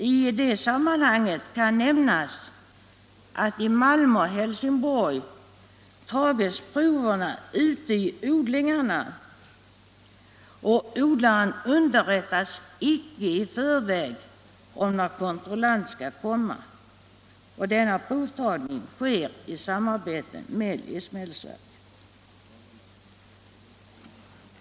I sammanhanget kan nämnas att i Malmö och Helsingborg tas prover ute i odlingarna och att odlaren icke underrättas i förväg om när kontrollant skall komma. Denna provtagning sker i samarbete med livsmedelsverket.